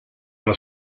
alla